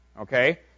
Okay